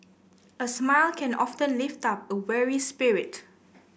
a smile can often lift up a weary spirit